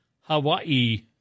Hawaii